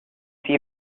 see